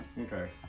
Okay